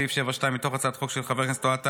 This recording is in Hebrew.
סעיף 6(1) מתוך הצעת חוק של חבר הכנסת אוהד טל,